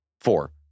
four